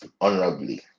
honorably